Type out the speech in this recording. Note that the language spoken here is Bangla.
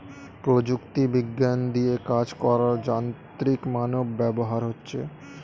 প্রযুক্তি বিজ্ঞান দিয়ে কাজ করার যান্ত্রিক মানব ব্যবহার হচ্ছে